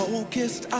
Focused